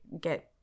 get